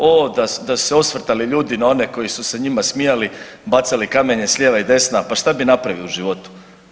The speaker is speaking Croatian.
Ovo da su se osvrtali ljudi na one koji su se njima smijali, bacali kamenje s lijeva i desna, pa šta bi napravili u životu.